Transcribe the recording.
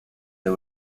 del